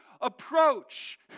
approach